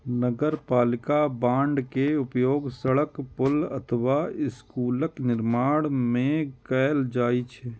नगरपालिका बांड के उपयोग सड़क, पुल अथवा स्कूलक निर्माण मे कैल जाइ छै